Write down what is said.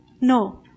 No